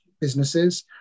businesses